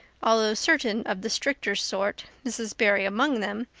although certain of the stricter sort, mrs. barry among them,